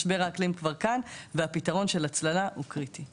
משבר האקלים כבר כאן והפתרון של הצללה הוא קריטי.